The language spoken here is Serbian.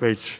već